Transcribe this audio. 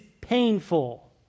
painful